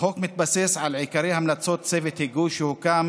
החוק מתבסס על עיקרי המלצות צוות היגוי שהוקם